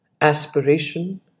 Aspiration